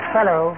Hello